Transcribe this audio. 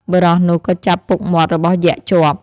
បុរសនោះក៏ចាប់ពុកមាត់របស់យក្សជាប់។